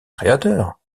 créateurs